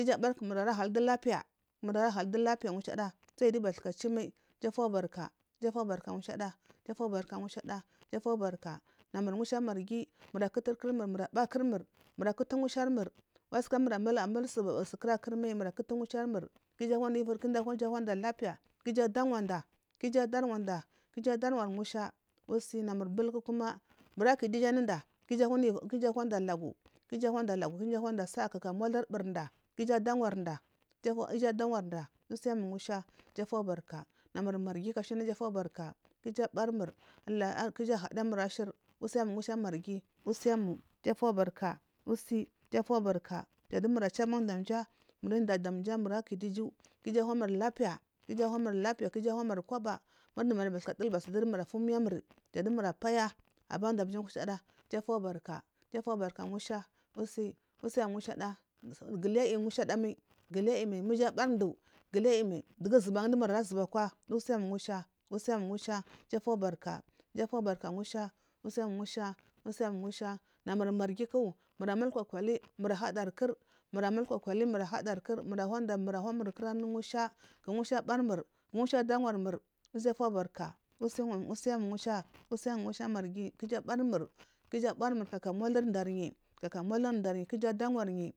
Ku iju abari kumu ara hal dulapiya mura arahal du lapiya ngu shada sayi yiyu bathka chumai iju afubarka ngushada iju afubarka iju afubarka nyashada iju afubarka namur ngusha marghi mura abarkig mur mura akitiri kirmur mura aburi ngushar mur saka mura ayisu kira kir mai mura kitiri kurur murk u iju a handa lapiya ku iju adarwanda ki iju awar ngusha namur bul kuma mura akidu iju anunda ku iju ad ku iju awanda lagu ku iju awa nda lagu ku iju awanda sa’a ku iju awarnda ku iju awarda usim ngusha namur ngusha marghi ku iju afubarka ku iju abar mur allah ku iju ahadiya mur asir ngusha marghi asim usi iju afubaika jan dumur achu ban damja muri inda ku iju awamur lapiya ku iju a wamur lapipya ku iju anamur koba ngu idumur bathka duluba su duri jan dumuru apaya jan dam ja ngusha da iju afubarka iju afubark ngusha usi usim ngusha da guli ayi mai ngasha da mai aili ayi mai ma iju abari mdu. Zubau dumur ara zuba akuwa usin ngusha iju afubar ka nyusha namur ngusha marghi ku mura amul kokali mura ahadar kur mura amul kokoli mana muri inda ngusha abari murk u ngusha awar mur iju afubarka usim ngusha usim ngusha marghi ku iju abari mur kaka muliri indariyi kaka mulari indunyi